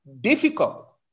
difficult